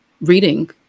reading